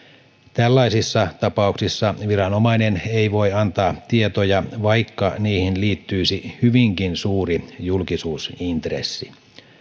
tällaisissa tapauksissa viranomainen ei voi antaa tietoja vaikka niihin liittyisi hyvinkin suuri julkisuusintressi